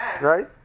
Right